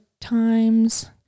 times